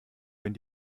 wenn